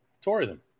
Tourism